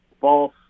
false